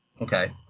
Okay